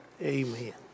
Amen